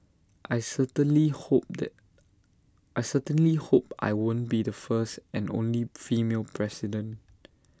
I certainly hope that I certainly hope I won't be the first and only female president